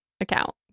account